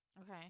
Okay